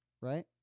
right